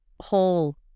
whole